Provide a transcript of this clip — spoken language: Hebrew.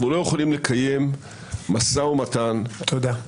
אנחנו לא יכולים לקיים משא-ומתן --- תודה.